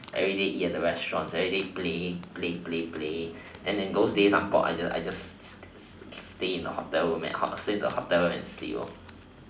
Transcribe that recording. everyday eat at the restaurants everyday play play stay then in those days that I am bored I just stay in the hotel room and sleep